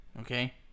okay